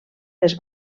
les